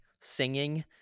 singing